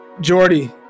Jordy